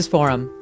Forum